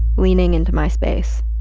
leaning into my space.